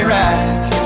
right